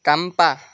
Campa